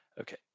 Okay